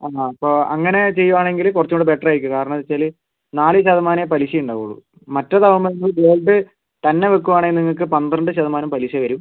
ആഹാ അപ്പോൾ അങ്ങനെ ചെയ്യുകയാണെങ്കിൽ കുറച്ചും കൂടി ബെറ്ററായിരിക്കും കാരണമെന്താ വച്ചാൽ നാല് ശതമാനമേ പലിശ ഉണ്ടാവുള്ളു മറ്റേതാവുമ്പോൾ ഗോൾഡ് തന്നെ വെക്കുകയാണെങ്കിൽ നിങ്ങൾക്ക് പന്ത്രണ്ട് ശതമാനം പലിശ വരും